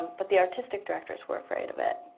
but the artistic directors were afraid of it.